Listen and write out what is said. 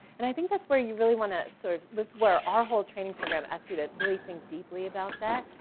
and i think that's where you really wanna sort of, that's where our whole training program asks you to really think deeply about that.